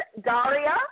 Daria